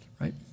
right